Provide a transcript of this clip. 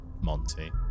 Monty